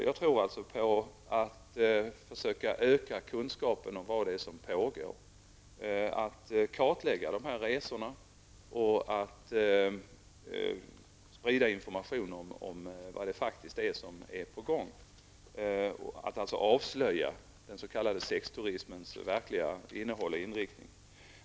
Jag tror alltså att det är viktigt att man försöker öka kunskapen om vad som pågår, att man kartlägger de här resorna och att man sprider information av vad som faktiskt är på gång, dvs. att man avslöjar den s.k. sexturismens verkliga innehåll och inriktning.